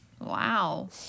wow